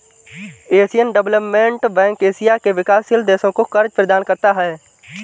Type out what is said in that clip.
Asian Development Bank Asia के विकासशील देशों को कर्ज प्रदान करता है